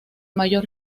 mayor